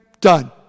done